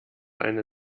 eine